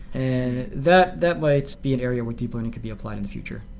and that that might be an area where deep learning could be applied in the future.